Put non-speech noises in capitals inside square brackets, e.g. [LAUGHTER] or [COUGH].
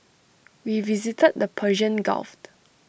we visited the Persian gulf [UNINTELLIGIBLE]